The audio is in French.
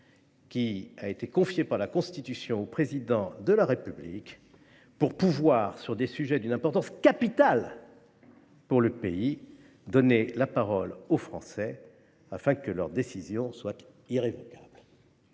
qui a été confiée par la Constitution au Président de la République pour qu’il puisse, sur des sujets d’une importance capitale pour le pays, donner la parole aux Français afin que leur décision soit irrévocable.